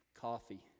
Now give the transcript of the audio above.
coffee